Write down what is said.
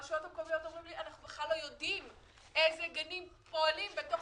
הרשויות המקומיות אומרים לי שהם בכלל לא יודעים איזה גנים פועלים בעיר.